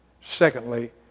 Secondly